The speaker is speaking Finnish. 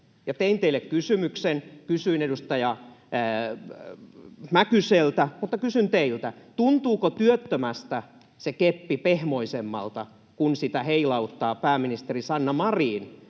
tein teille kysymyksen, kysyin edustaja Mäkyseltä, mutta kysyn nyt teiltä: tuntuuko työttömästä se keppi pehmoisemmalta, kun sitä heilauttaa pääministeri Sanna Marin,